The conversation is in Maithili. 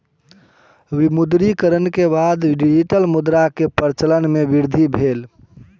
विमुद्रीकरण के बाद डिजिटल मुद्रा के प्रचलन मे वृद्धि भेल